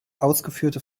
ausgeführte